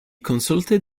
consulted